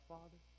Father